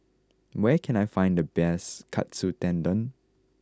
where can I find the best Katsu Tendon